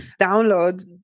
download